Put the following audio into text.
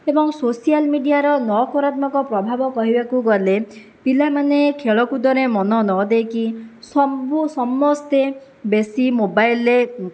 ଏବଂ ସୋସିଆଲ ମିଡ଼ିଆର ନକାରାତ୍ମକ ପ୍ରଭାବ କହିବାକୁ ଗଲେ ପିଲାମାନେ ଖେଳ କୁଦରେ ମନ ନ ଦେଇକି ସବୁ ସମସ୍ତେ ବେଶୀ ମୋବାଇଲ୍ରେ